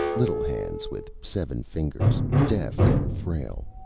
little hands with seven fingers, deft and frail.